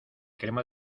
crema